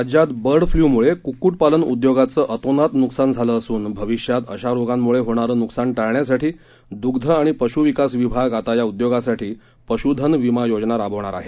राज्यात bird flu मुळे कुक्क्टपालन उद्योगाचं अतोनात नुकसान झालं असून भविष्यात अशा रोगांमुळे होणारं नुकसान टाळण्यासाठी दुग्ध आणि पश् विकास विभाग आता या उद्योगासाठी पश्धन विमा योजना राबवणार आहे